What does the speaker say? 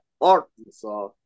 Arkansas